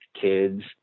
Kids